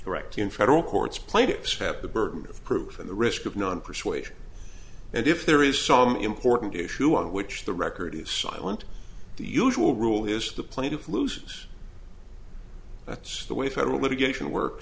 directly in federal courts plaintiffs have the burden of proof and the risk of non persuasion and if there is some important issue on which the record is silent the usual rule is the plaintiff lose that's the way federal litigation work